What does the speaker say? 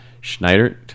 Schneider